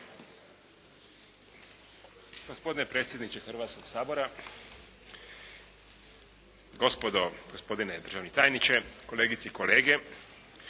Gospodine predsjedniče Hrvatskog sabora, gospodo, gospodine državni tajniče, kolegice i kolege!